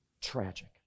Tragic